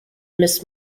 miss